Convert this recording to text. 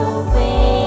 away